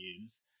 use